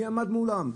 מי עמד מולם?